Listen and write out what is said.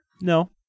No